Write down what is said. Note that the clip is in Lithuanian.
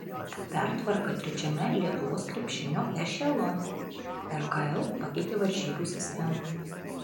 pertvarka trečiame lietuvos krepšinio ešelone rkl pakeitė varžybų sistemą